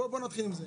בואו נתחיל מזה.